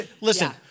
Listen